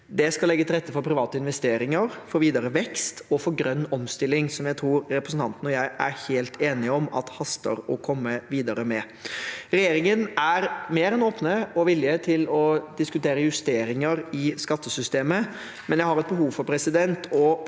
Det skal legge til rette for private investeringer, videre vekst og grønn omstilling, som jeg tror representanten og jeg er helt enige om at haster å komme videre med. Regjeringen er mer enn åpen for og villig til å diskutere justeringer i skattesystemet, men jeg har et behov for å påpeke